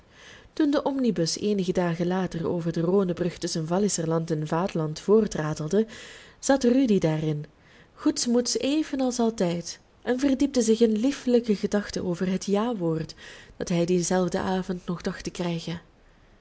toen de omnibus eenige dagen later over de rhônebrug tusschen walliserland en waadland voortratelde zat rudy daarin goedsmoeds evenals altijd en verdiepte zich in liefelijke gedachten over het jawoord dat hij dien zelfden avond nog dacht te krijgen